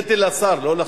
הודיתי לשר, לא לך.